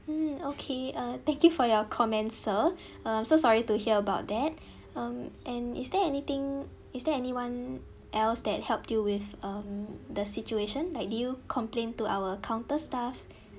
mm okay uh thank you for your comments sir I'm so sorry to hear about that um and is there anything is there anyone else that helped you with um the situation like did you complain to our counter staff